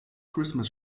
christmas